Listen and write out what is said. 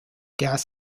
gas